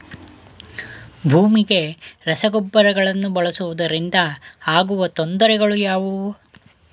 ಭೂಮಿಗೆ ರಸಗೊಬ್ಬರಗಳನ್ನು ಬಳಸುವುದರಿಂದ ಆಗುವ ತೊಂದರೆಗಳು ಯಾವುವು?